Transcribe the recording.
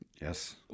Yes